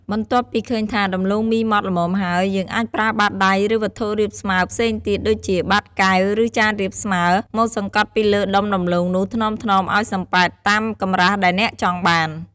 បន្ទាប់ពីឃើញថា ដំឡូងមីម៉ដ្ឋល្មមហើយ យើងអាចប្រើបាតដៃ ឬវត្ថុរាបស្មើផ្សេងទៀត ដូចជាបាតកែវ ឬចានរាបស្មើ មកសង្កត់ពីលើដុំដំឡូងនោះ ថ្នមៗឱ្យសំប៉ែត តាមកម្រាស់ដែលអ្នកចង់បាន។